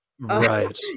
Right